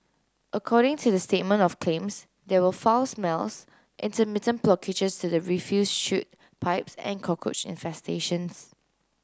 according to the statement of claims there were foul smells intermittent blockages to the refuse chute pipes and cockroach infestations